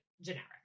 generic